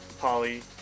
Polly